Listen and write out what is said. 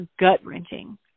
gut-wrenching